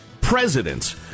presidents